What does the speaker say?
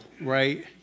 right